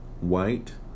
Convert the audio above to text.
white